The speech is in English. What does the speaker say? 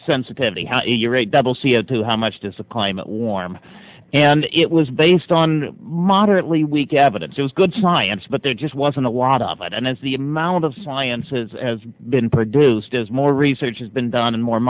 sensitively how do you rate double c o two how much does the climate warm and it was based on moderately weak evidence it was good science but there just wasn't a lot of it and as the amount of sciences as been produced as more research has been done and more